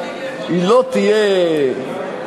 לא תהיה,